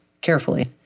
carefully